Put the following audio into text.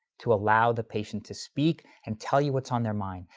to allow the patient to speak and tell you what's on their mind,